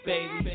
Baby